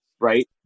right